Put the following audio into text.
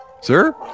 Sir